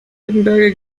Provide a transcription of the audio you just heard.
wittenberge